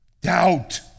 Doubt